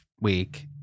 week